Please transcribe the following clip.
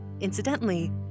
Incidentally